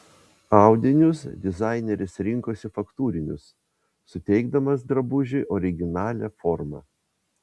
audinius dizaineris rinkosi faktūrinius suteikdamas drabužiui originalią formą